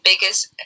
biggest